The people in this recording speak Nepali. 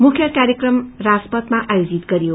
मुख्य कार्यक्रम राजपथमा आयोजित गरियो